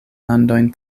landojn